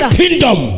kingdom